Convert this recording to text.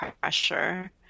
pressure